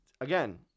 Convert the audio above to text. Again